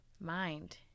Mind